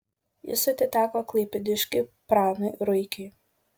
jis atiteko klaipėdiškiui pranui ruikiui